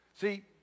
See